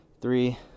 three